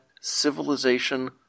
civilization